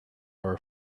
are